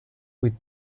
with